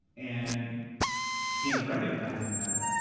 and in recognizing that,